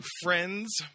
Friends